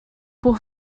por